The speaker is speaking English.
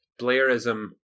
Blairism